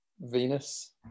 Venus